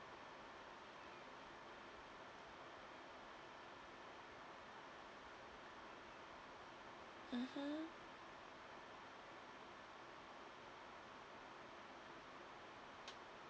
mmhmm